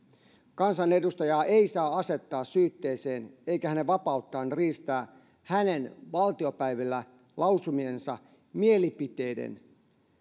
kansanedustajaa ei saa asettaa syytteeseen eikä hänen vapauttaan riistää hänen valtiopäivillä lausumiensa mielipiteiden